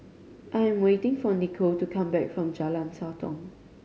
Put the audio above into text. I'm waiting for Nichole to come back from Jalan Sotong